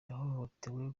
yahohotewe